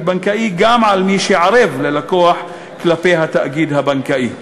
בנקאי גם על מי שערב ללקוח כלפי התאגיד הבנקאי.